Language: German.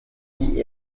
wie